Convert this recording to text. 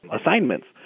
assignments